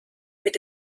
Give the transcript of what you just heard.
mit